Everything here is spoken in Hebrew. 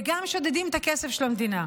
וגם שודדים את הכסף של המדינה.